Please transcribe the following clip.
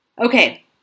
Okay